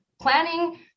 planning